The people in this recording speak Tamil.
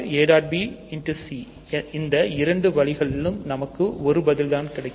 c இந்த இரண்டு வழிகளிலும் நமக்கு ஒரே பதில் தான் கிடைக்கும்